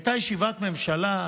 הייתה ישיבת ממשלה,